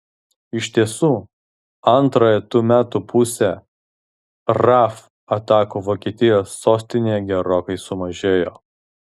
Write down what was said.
iš tiesų antrąją tų metų pusę raf atakų vokietijos sostinėje gerokai sumažėjo